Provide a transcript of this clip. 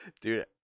Dude